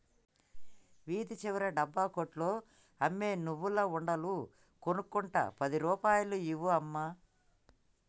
వీధి చివర డబ్బా కొట్లో అమ్మే నువ్వుల ఉండలు కొనుక్కుంట పది రూపాయలు ఇవ్వు అమ్మా